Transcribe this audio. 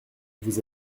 vous